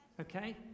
Okay